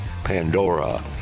Pandora